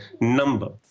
number